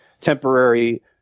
temporary